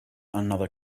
another